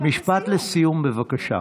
משפט לסיום, בבקשה.